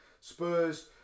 Spurs